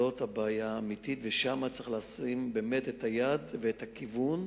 זאת הבעיה האמיתית ושם צריך לשים באמת את היד ואת הכיוון,